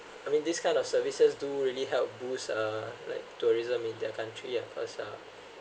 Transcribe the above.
I mean this kind of services do really help boost uh like tourism in their country yeah cause uh